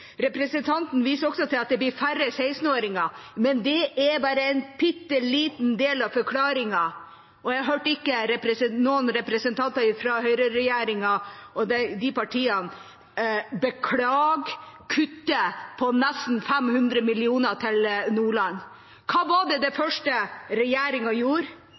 Representanten viser også til at det blir færre 16-åringer, men det er bare en bitte liten del av forklaringen. Jeg hørte ingen representanter fra høyreregjeringa beklage kuttet på nesten 500 mill. kr til Nordland. Hva var det første regjeringa gjorde?